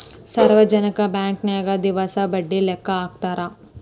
ಸಾರ್ವಜನಿಕ ಬಾಂಕನ್ಯಾಗ ದಿವಸ ಬಡ್ಡಿ ಲೆಕ್ಕಾ ಹಾಕ್ತಾರಾ